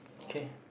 okay